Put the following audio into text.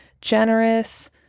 generous